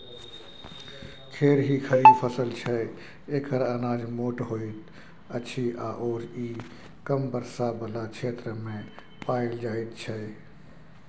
खेरही खरीफ फसल छै एकर अनाज मोट होइत अछि आओर ई कम वर्षा बला क्षेत्रमे पाएल जाइत छै